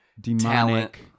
demonic